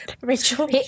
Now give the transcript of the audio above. Rachel